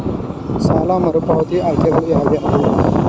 ಸಾಲ ಮರುಪಾವತಿ ಆಯ್ಕೆಗಳು ಯಾವುವು?